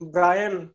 Brian